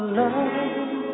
love